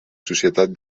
societat